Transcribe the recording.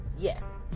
Yes